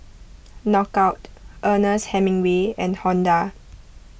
Knockout Ernest Hemingway and Honda